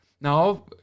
Now